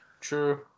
True